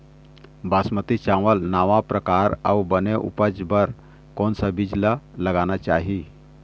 बासमती चावल नावा परकार अऊ बने उपज बर कोन सा बीज ला लगाना चाही?